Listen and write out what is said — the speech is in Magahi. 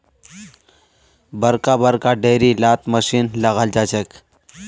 बड़का बड़का डेयरी लात मशीन लगाल जाछेक